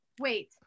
Wait